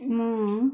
ମୁଁ